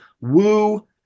Woo